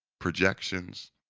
Projections